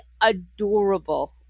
adorable